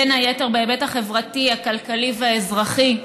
בין היתר בהיבט החברתי, הכלכלי והאזרחי,